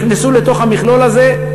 נכנסו לתוך המכלול הזה.